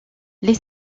les